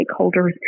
stakeholders